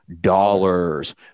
Dollars